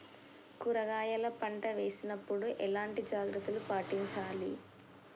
కూరగాయల పంట వేసినప్పుడు ఎలాంటి జాగ్రత్తలు పాటించాలి?